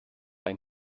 ein